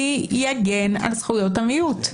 מי יגן על זכויות המיעוט?